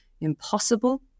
impossible